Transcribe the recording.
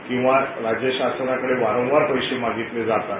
किंवा राज्य शासनाकडे वारंवार पैसे मागितले जातात